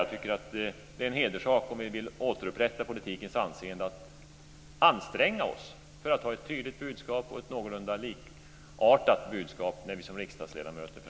Jag tycker att det är en hederssak, om vi vill återupprätta politikens anseende, att anstränga oss för att ha ett tydligt budskap och ett någorlunda likartat budskap när vi framträder som riksdagsledamöter.